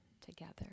together